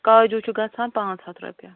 کاجو چھِ گژھان پانٛژھ ہتھ رۄپیہِ